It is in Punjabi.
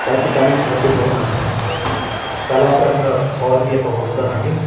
ਚਲ ਪਚਾਨਵੇਂ ਸੌ ਰੁਪਏ ਬਹੁਤ ਹੈ ਚਲ ਐਂ ਕਰ ਫਿਰ ਸੌ ਰੁਪਏ ਆਪਾਂ ਹੋਰ ਵਧਾ ਦੇਵਾਂਗੇ